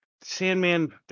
Sandman